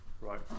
Right